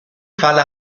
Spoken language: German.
falle